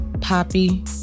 Poppy